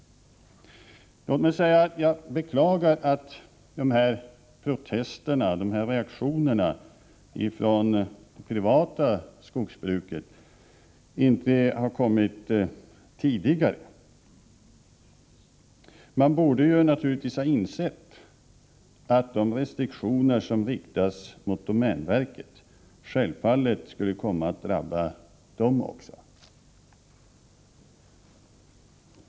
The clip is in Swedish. Låt mig säga att jag beklagar att dessa protester och reaktioner från det privata skogsbruket inte har kommit tidigare. Man borde naturligtvis ha insett att de restriktioner som riktats mot domänverket också skulle komma att drabba dem.